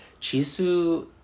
Chisu